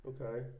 Okay